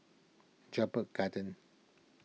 Jedburgh Gardens